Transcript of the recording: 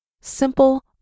Simple